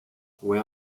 where